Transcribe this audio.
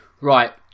Right